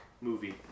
movie